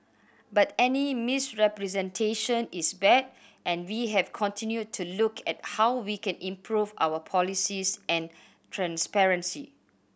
but any misrepresentation is bad and we have continued to look at how we can improve our policies and transparency